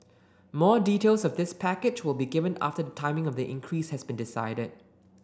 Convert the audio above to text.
more details of this package will be given after the timing of the increase has been decided